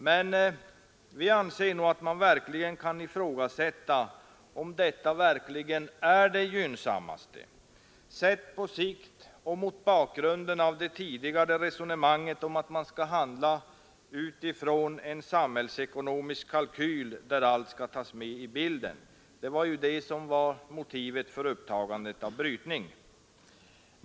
Men vi anser att man kan ifrågasätta om detta verkligen är det gynnsammaste sett på sikt och mot bakgrunden av det tidigare resonemanget, att man skall handla utifrån en samhällsekonomisk kalkyl, där allt skall tas med i bilden. Det var ju det som var motivet för upptagandet av malmbrytningen.